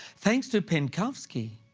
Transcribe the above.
thanks to penkovsky,